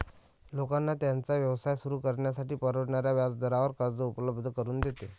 लोकांना त्यांचा व्यवसाय सुरू करण्यासाठी परवडणाऱ्या व्याजदरावर कर्ज उपलब्ध करून देते